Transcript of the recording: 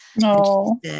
No